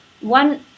one